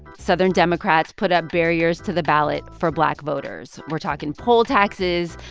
southern democrats put up barriers to the ballot for black voters we're talking poll taxes,